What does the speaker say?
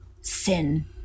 sin